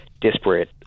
disparate